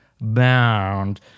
bound